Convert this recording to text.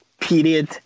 period